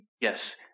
yes